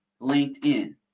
LinkedIn